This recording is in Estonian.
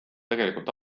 tegelikult